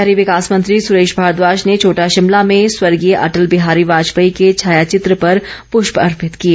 शहरी विकास मंत्री सुरेश भारद्वाज ने छोटा शिमला में स्वर्गीय अटल बिहारी वाजपेयी के छायाचित्र पर पुष्प अर्पित किए